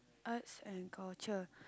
arts and culture